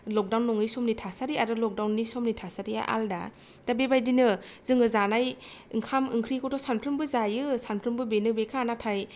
lockdown नङै समनि थासारि आरो लकदाउननि समनि थासारिया आलादा दा बेबायदिनो जोङो जानाय ओंखाम ओंख्रिखौथ' सानफ्रोमबो जायो सानफ्रोमबो बेनो बेखा नाथाय